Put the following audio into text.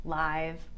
live